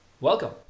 Welcome